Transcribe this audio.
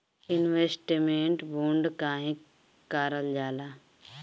Investment bond काहे कारल जाला?